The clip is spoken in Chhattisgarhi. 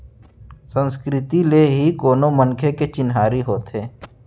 संस्कृति ले ही कोनो मनखे के चिन्हारी होथे